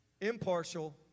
impartial